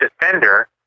defender